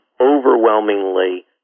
overwhelmingly